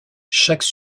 chaque